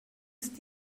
ist